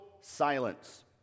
silence